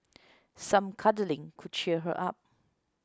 some cuddling could cheer her up